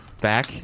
Back